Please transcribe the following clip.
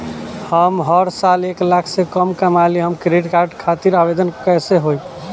हम हर साल एक लाख से कम कमाली हम क्रेडिट कार्ड खातिर आवेदन कैसे होइ?